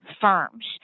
Firms